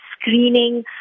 screening